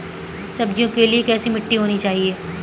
सब्जियों के लिए कैसी मिट्टी होनी चाहिए?